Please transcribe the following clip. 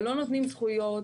אבל לא נותנים זכויות,